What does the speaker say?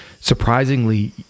Surprisingly